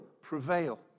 prevail